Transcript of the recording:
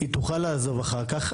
היא תוכל לעזוב אחר כך,